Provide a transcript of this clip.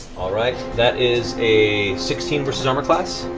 all right, that is a sixteen versus armor class.